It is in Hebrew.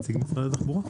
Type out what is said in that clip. התחבורה.